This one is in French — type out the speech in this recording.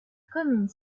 commune